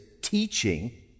teaching